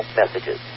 messages